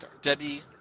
Debbie